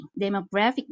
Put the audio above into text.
Demographic